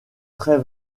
très